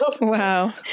wow